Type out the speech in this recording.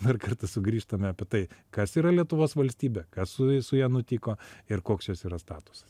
dar kartą sugrįžtame apie tai kas yra lietuvos valstybė kas su ja nutiko ir koksjos yra statusas